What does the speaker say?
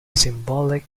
symbolic